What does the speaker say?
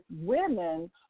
women